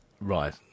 Right